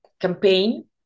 campaign